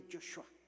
Joshua